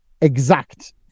exact